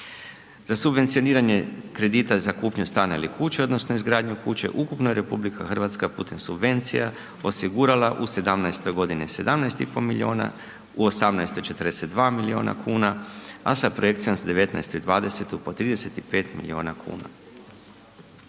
Za subvencioniranje kredita za kupnju stana ili kuće, odnosno izgradnju kuće ukupno je RH putem subvencija osigurala u 2017. g. 17,5 milijuna, u 2018. 42 milijuna kuna, a sa projekcijom za 2019. i 2020. od 35 milijuna kuna.